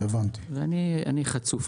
אני חצוף.